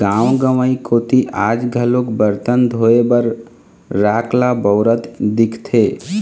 गाँव गंवई कोती आज घलोक बरतन धोए बर राख ल बउरत दिखथे